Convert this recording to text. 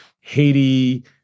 haiti